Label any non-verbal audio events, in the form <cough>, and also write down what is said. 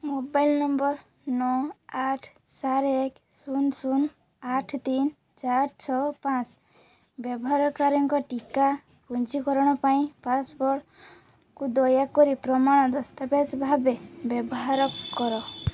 mobile number ନଅ ଆଠ <unintelligible> ଏକ ଶୂନ ଶୂନ ଆଠ ତିନି ଚାରି ଛଅ ପାଞ୍ଚ ବ୍ୟବହାରକାରୀଙ୍କ ଟିକା ପଞ୍ଜୀକରଣ ପାଇଁ ପାସ୍ପୋର୍ଟକୁ ଦୟାକରି ପ୍ରମାଣ ଦସ୍ତାବେଜ ଭାବେ ବ୍ୟବହାର କର